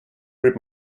read